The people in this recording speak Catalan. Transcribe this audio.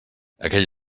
aquell